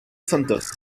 santos